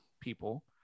people